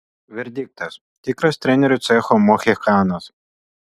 verdiktas tikras trenerių cecho mohikanas